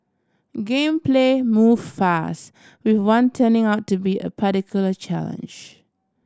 game play move fast with one turning out to be a particular challenge